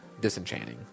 disenchanting